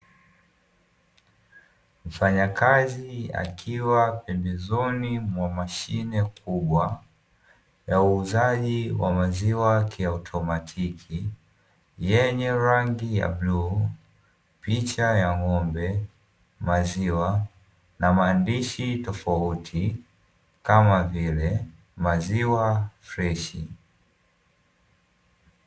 Mfanyakazi akiwa pembezoni mwa mashine kubwa ya uuzaji wa waziwa, kiautomatiki yenye rangi ya bluu, picha ya ng'ombe, maziwa na maandishi tofauti kama vile maziwa freshi.